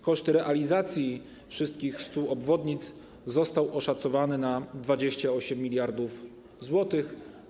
Koszt realizacji wszystkich 100 obwodnic został oszacowany na 28 mld zł.